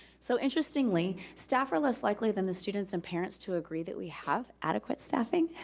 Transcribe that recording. so interestingly, staff are less likely than the students and parents to agree that we have adequate staffing,